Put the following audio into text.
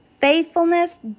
faithfulness